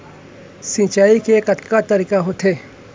सिंचाई के कतका तरीक़ा होथे?